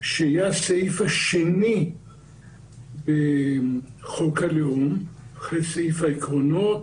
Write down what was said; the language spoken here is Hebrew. שיהיה הסעיף השני בחוק הלאום, אחרי סעיף העקרונות.